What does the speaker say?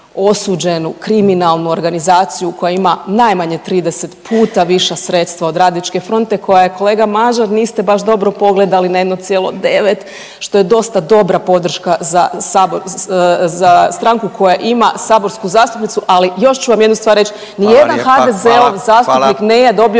osuđenu, kriminalnu organizaciju koja ima najmanje 30 puta viša sredstva od Radničke fronta koja je, kolega Mažar niste baš dobro pogledali na 1,9, što je dosta dobra podrška za sabor, za stranku koja ima saborsku zastupnicu, ali još ću vam jednu stvar reć…/ **Radin, Furio